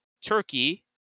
turkey